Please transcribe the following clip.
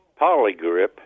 polygrip